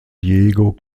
diego